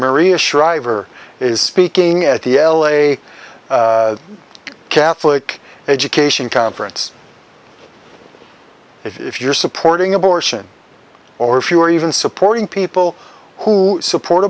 maria shriver is speaking at the l a catholic education conference if you're supporting abortion or if you are even supporting people who support